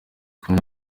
kumwe